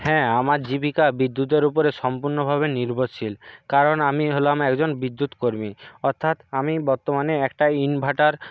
হ্যাঁ আমার জীবিকা বিদ্যুতের উপরে সম্পূর্ণভাবে নির্ভরশীল কারণ আমি হলাম একজন বিদ্যুৎ কর্মী অর্থাৎ আমি বর্তমানে একটা ইনভার্টার